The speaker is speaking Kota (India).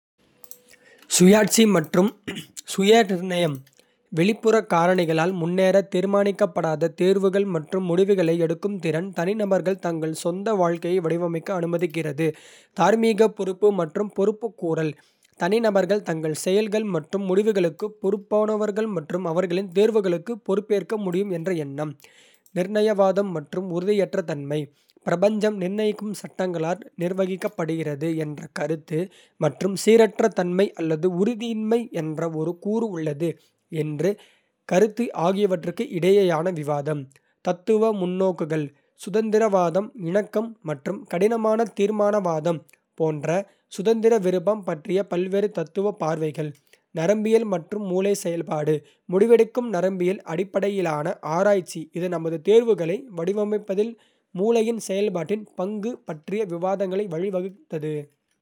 சுயாட்சி மற்றும் சுயநிர்ணயம் வெளிப்புற காரணிகளால் முன்னரே தீர்மானிக்கப்படாத தேர்வுகள் மற்றும் முடிவுகளை எடுக்கும் திறன், தனிநபர்கள் தங்கள் சொந்த வாழ்க்கையை வடிவமைக்க அனுமதிக்கிறது. தார்மீக பொறுப்பு மற்றும் பொறுப்புக்கூறல் தனிநபர்கள் தங்கள் செயல்கள் மற்றும் முடிவுகளுக்கு பொறுப்பானவர்கள், மேலும் அவர்களின் தேர்வுகளுக்கு பொறுப்பேற்க முடியும் என்ற எண்ணம். நிர்ணயவாதம் மற்றும் உறுதியற்ற தன்மை பிரபஞ்சம் நிர்ணயிக்கும் சட்டங்களால் நிர்வகிக்கப்படுகிறது என்ற கருத்து மற்றும் சீரற்ற தன்மை அல்லது உறுதியின்மை என்ற ஒரு கூறு உள்ளது என்ற கருத்து ஆகியவற்றுக்கு இடையேயான விவாதம். தத்துவ முன்னோக்குகள் சுதந்திரவாதம், இணக்கம், மற்றும் கடினமான தீர்மானவாதம் போன்ற சுதந்திர விருப்பம் பற்றிய பல்வேறு தத்துவ பார்வைகள். நரம்பியல் மற்றும் மூளை செயல்பாடு முடிவெடுக்கும் நரம்பியல் அடிப்படையிலான ஆராய்ச்சி, இது நமது தேர்வுகளை வடிவமைப்பதில் மூளையின் செயல்பாட்டின் பங்கு பற்றிய விவாதங்களுக்கு வழிவகுத்தது.